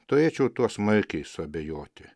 turėčiau tuo smarkiai suabejoti